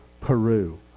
Peru